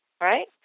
right